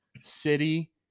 City